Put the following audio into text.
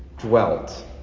dwelt